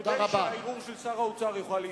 כדי שהערעור של שר האוצר יוכל להישמע.